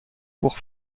pour